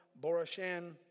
Borashan